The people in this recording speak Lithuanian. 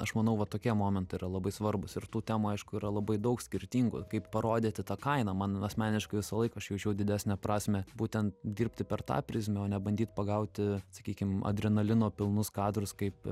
aš manau va tokie momentai yra labai svarbūs ir tų temų aišku yra labai daug skirtingų kaip parodyti tą kainą man asmeniškai visąlaik aš jaučiau didesnę prasmę būtent dirbti per tą prizmę o ne bandyt pagauti sakykim adrenalino pilnus kadrus kaip